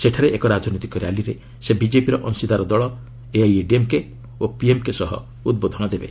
ସେଠାରେ ଏକ ରାଜନୈତିକ ର୍ୟାଲିରେ ସେ ବିକେପିର ଅଂଶୀଦାର ଦଳ ଏଆଇଏଡିଏମ୍କେ ଓ ପିଏମ୍କେ ସହ ଉଦ୍ବୋଧନ ଦେବେ